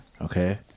okay